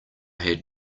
had